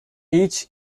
each